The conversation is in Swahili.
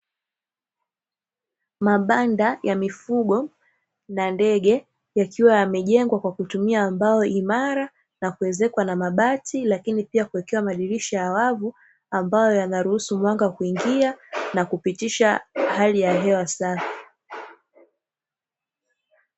Mabanda ya mifugo na ndege, yakiiwa yamejengwa kwa kutumia mbao imara na kuezekwa na mabati, lakini pia kuwekewa madirisha ya wavu, ambayo yanaruhusu mwanga kuingia, na kupitisha hali ya hewa safi.